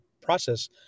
process